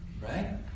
right